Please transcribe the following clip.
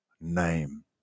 name